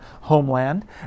homeland